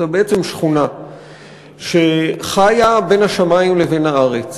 זו בעצם שכונה שחיה בין השמים לבין הארץ.